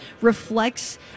reflects